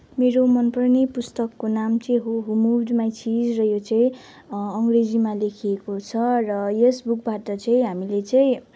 मेरो मनपर्ने पुस्तकको नाम चाहिँ हो हू मुभ्ड माइ चिज र यो चाहिँ अङ्ग्रेजीमा लेखिएको छ र यस बुकबाट चाहिँ हामीले चाहिँ